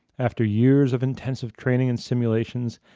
after years of intensive training and simulations,